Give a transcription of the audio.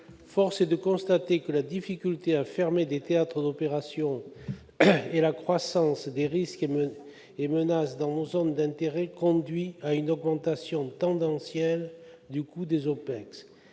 Force est de constater que la difficulté à fermer des théâtres d'opérations ainsi que la croissance des risques et menaces dans nos zones d'intérêt conduisent à une augmentation tendancielle du coût des OPEX